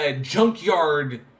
Junkyard